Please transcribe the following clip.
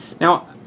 Now